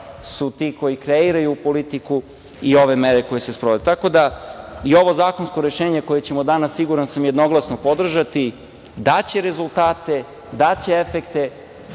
su ti koji kreiraju politiku i ove mere koje se sprovode. Tako da, i ovo zakonsko rešenje koje ćemo danas, siguran sam, jednoglasno podržati daće rezultate, daće efekte.